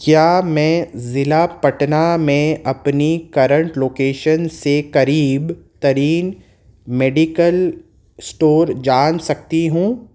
کیا میں ضلع پٹنہ میں اپنی کرنٹ لوکیشن سے قریب ترین میڈیکل اسٹور جان سکتی ہوں